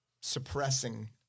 suppressing